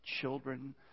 children